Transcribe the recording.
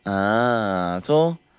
uh so